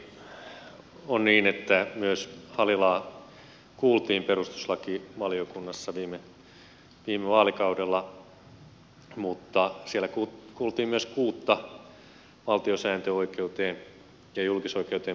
todellakin on niin että myös halilaa kuultiin perustuslakivaliokunnassa viime vaalikaudella mutta siellä kuultiin myös kuutta valtiosääntöoikeuteen ja julkisoikeuteen perehtynyttä asiantuntijaa